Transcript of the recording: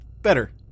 better